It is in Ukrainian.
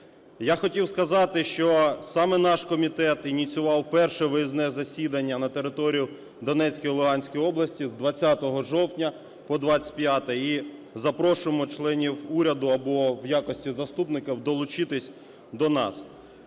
Я хотів сказати, що саме наш комітет ініціював перше виїзне засідання на територію Донецької і Луганської області з 20 жовтня по 25. І запрошуємо членів уряду або в якості заступників долучитись до нас.